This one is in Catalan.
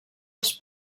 als